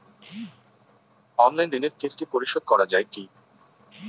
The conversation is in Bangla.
অনলাইন ঋণের কিস্তি পরিশোধ করা যায় কি?